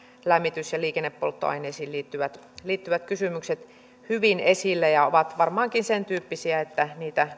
lämmitys ja liikennepolttoaineisiin liittyvät liittyvät kysymykset ja ovat varmaankin sentyyppisiä että niitä